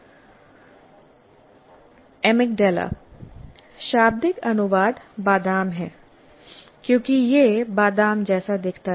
amygdala शाब्दिक अनुवाद बादाम है क्योंकि यह बादाम जैसा दिखता है